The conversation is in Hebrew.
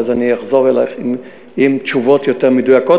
ואז אני אחזור אלייך עם תשובות יותר מדויקות.